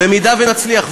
במידה שנצליח,